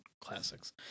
classics